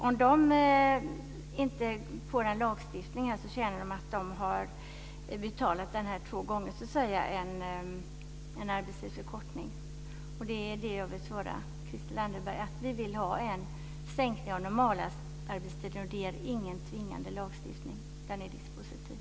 Om de inte får en lagstiftning här så känner de att de har betalat denna arbetstidsförkortning två gånger. Och jag vill alltså svara Christel Anderberg att vi vill ha en minskning av normalarbetstiden, och det är inte någon tvingande lagstiftning. Den är dispositiv.